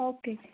okay